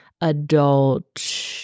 adult